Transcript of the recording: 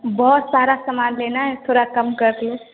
बहुत सारा सामान लेना है थोड़ा कम करिए